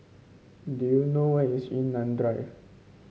do you know where is Yunnan Drive